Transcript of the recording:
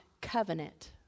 covenant